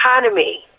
economy